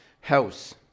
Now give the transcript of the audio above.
house